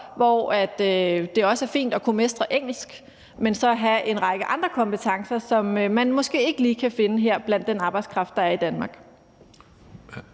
hvor det også er fint at mestre engelsk, og så have en række andre kompetencer, som man måske ikke lige kan finde her blandt den arbejdskraft, der er i Danmark.